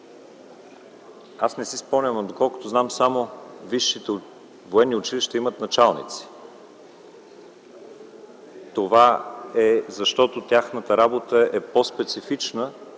Аз не си спомням, но доколкото знам, само висшите военни училища имат началници. Това е така, защото тяхната работа е по-специфична